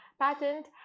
patent